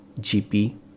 GP